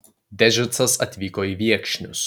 dežicas atvyko į viekšnius